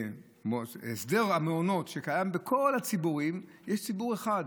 הסדר המעונות שקיים בכל הציבורים, יש ציבור אחד,